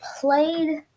played